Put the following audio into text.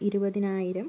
ഇരുപതിനായിരം